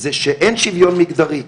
זה שאין שיוויון מגדרי.